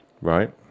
Right